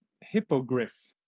hippogriff